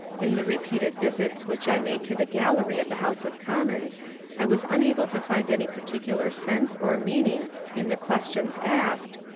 in the repeated visits which i made to the gallery of the house of commons i was unable to find any particular sense or meaning in the questions asked,